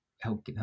help